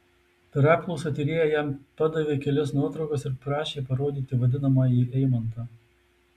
per apklausą tyrėja jam padavė kelias nuotraukas ir prašė parodyti vadinamąjį eimantą